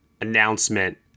announcement